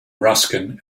ruskin